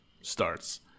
Starts